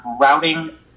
routing